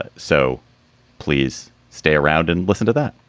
but so please stay around and listen to that.